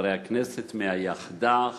חברי הכנסת מהיחדה,